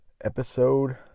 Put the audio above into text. episode